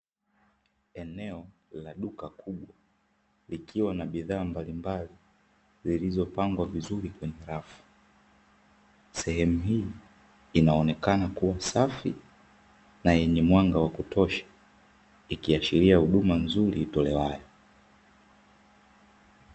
Eneo la duka kubwa likiwa na bidhaa mbalimbali zilizopangwa vizuri kwenye rafu, sehemu hii inaonekana kuwa safi na yenye mwanga wa kutosha, ikiashiria huduma nzuri itolewayo.